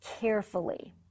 Carefully